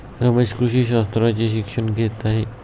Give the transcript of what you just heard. रमेश कृषी शास्त्राचे शिक्षण घेत आहे